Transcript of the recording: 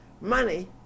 money